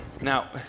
Now